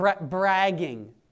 bragging